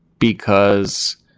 because